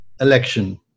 election